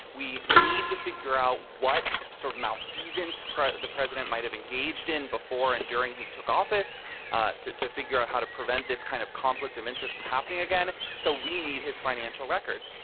we need to figure out what sort of malfeasance the president might have engaged in before and during he took office ah to to figure out how to prevent this kind of conflict of interest from happening again. so we need his financial records,